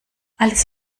alles